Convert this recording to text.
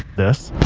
this,